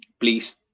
please